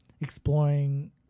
exploring